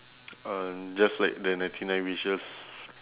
uh just like the ninety nine wishes